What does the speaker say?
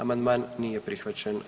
Amandman nije prihvaćen.